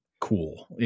cool